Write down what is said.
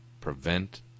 prevent